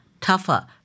tougher